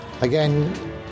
again